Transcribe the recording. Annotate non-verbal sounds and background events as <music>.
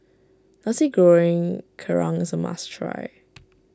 Nasi Goreng Kerang is a must try <noise>